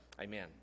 amen